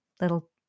little